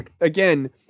again